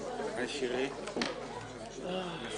הישיבה ננעלה בשעה 11:25.